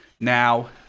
Now